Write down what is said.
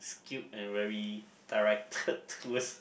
cute and very directed towards